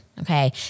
Okay